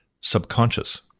subconscious